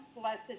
blessed